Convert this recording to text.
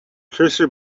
cursor